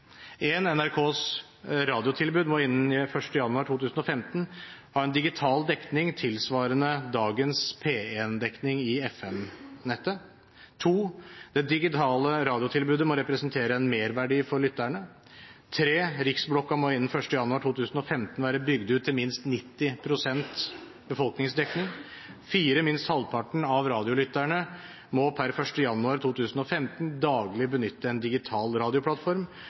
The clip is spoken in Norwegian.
en digital dekning tilsvarende dagens P1-dekning i FM-nettet. Det digitale radiotilbudet må representere en merverdi for lytterne. Riksblokken må innen 1. januar 2015 være bygd ut til minst 90 pst. befolkningsdekning. Minst halvparten av radiolytterne må per 1. januar 2015 daglig benytte en digital radioplattform.